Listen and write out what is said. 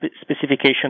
specification